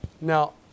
Now